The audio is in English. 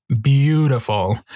beautiful